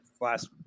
last